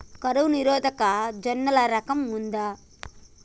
కరువు నిరోధక జొన్నల రకం ఉందా?